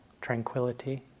tranquility